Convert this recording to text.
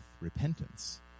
repentance